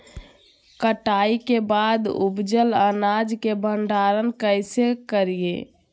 कटाई के बाद उपजल अनाज के भंडारण कइसे करियई?